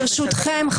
ברשותכם,